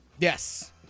Yes